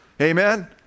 Amen